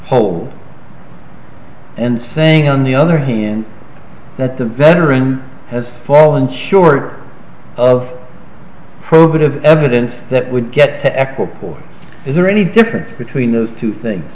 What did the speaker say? whole and thing on the other hand that the veteran has fallen short of probative evidence that would get to ecuador is there any difference between the two things